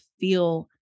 feel